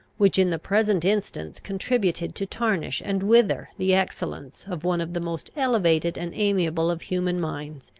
which in the present instance contributed to tarnish and wither the excellence of one of the most elevated and amiable of human minds.